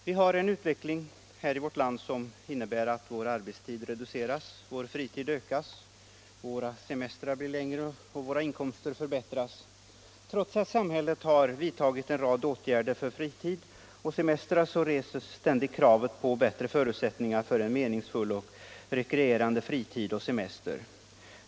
Herr talman! Vi har en utveckling här i vårt land som innebär att vår arbetstid reduceras, vår fritid ökas, våra semestrar blir längre och våra inkomster förbättras. Men trots att samhället har vidtagit en rad åtgärder reses ständigt kravet på bättre förutsättningar för meningsfull och rekreerande fritid och semester.